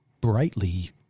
brightly